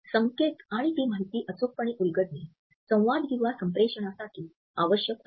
संकेत आणि ती माहिती अचूकपणे उलगडणे संवाद किंवा संप्रेषणासाठी आवश्यक असते